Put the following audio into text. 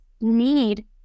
need